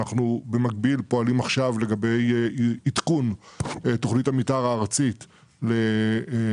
אנחנו פועלים עכשיו במקביל לגבי עדכון תכנית המתאר הארצית לנתב"ג.